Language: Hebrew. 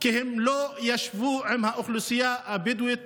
כי הם לא ישבו עם האוכלוסייה הבדואית,